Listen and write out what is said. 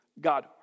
God